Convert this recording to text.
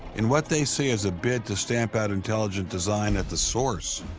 in what they see as a bid to stamp out intelligent design at the source.